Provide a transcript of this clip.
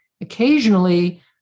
Occasionally